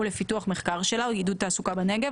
ולפיתוח מחקר של עידוד תעסוקה בנגב.